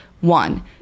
One